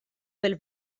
bil